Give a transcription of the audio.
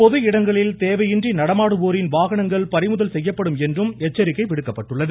பொது இடங்களில் தேவையின்றி நடமாடுவோரின் வாகனங்கள் பறிமுதல் செய்யப்படும் என்றும் எச்சரிக்கை விடுக்கப்பட்டுள்ளது